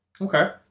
Okay